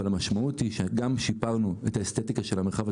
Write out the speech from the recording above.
אבל המשמעות היא שגם שיפרנו את האסתטיקה של המרחב הציבורי.